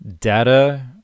data